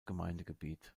gemeindegebiet